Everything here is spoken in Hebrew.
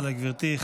תודה לגברתי.